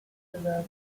river